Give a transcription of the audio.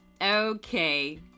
Okay